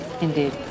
Indeed